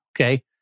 okay